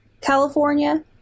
California